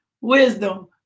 wisdom